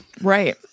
right